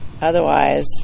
Otherwise